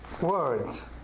words